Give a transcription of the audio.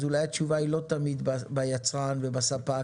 אז אולי התשובה היא לא תמיד ביצרן ובספק,